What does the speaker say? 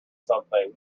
something